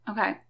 Okay